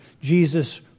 Jesus